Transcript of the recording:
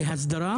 להסדרה?